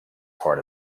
part